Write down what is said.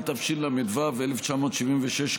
התשל"ו 1976,